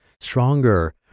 stronger